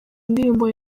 ndirimbo